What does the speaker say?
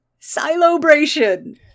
Silobration